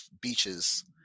beaches